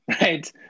right